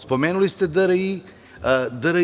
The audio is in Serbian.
Spomenuli ste DRI.